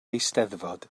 eisteddfod